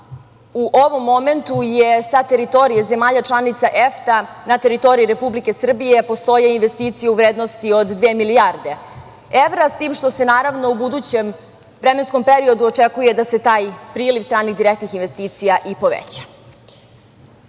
u ovom momentu je sa teritorije zemalja članica EFTA na teritoriji Republike Srbije i postoje investicije u vrednosti od dve milijarde evra s tim što se naravno u budućem vremenskom periodu očekuje da se taj priliv stranih direktnih investicija i poveća.